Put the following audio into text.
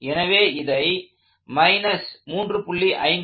எனவே இதை 3